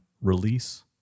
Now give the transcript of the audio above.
release